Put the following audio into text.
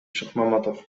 шыкмаматов